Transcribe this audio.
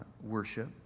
worship